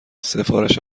سفارش